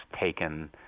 taken